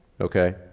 Okay